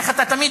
איך אתה אומר,